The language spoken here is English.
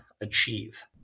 achieve